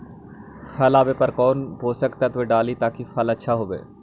फल आबे पर कौन पोषक तत्ब डाली ताकि फल आछा होबे?